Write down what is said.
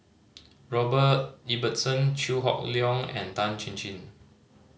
Robert Ibbetson Chew Hock Leong and Tan Chin Chin